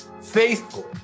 faithful